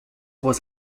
was